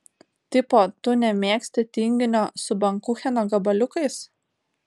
tipo tu nemėgsti tinginio su bankucheno gabaliukais